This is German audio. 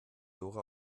dora